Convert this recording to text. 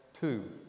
two